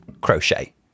crochet